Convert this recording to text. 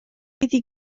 iddi